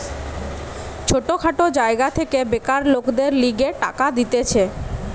ছোট খাটো জায়গা থেকে বেকার লোকদের লিগে টাকা দিতেছে